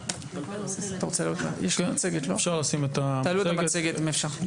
אפשר לשים את המצגת.